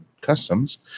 customs